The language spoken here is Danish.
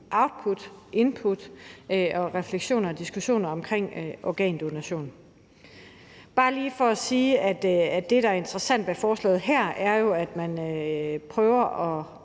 output, input, refleksioner og diskussioner omkring organdonation. Jeg vil bare lige sige, at det, der jo er interessant ved forslaget her, er, at man prøver at